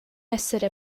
essere